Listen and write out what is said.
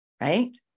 right